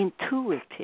intuitive